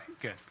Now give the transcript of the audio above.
good